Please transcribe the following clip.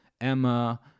Emma